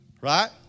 Right